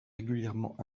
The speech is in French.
régulièrement